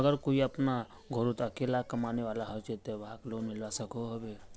अगर कोई अपना घोरोत अकेला कमाने वाला होचे ते वाहक लोन मिलवा सकोहो होबे?